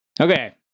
Okay